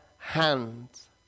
hands